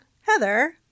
Heather